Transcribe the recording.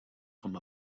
com